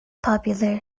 popular